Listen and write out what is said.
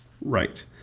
Right